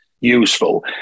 useful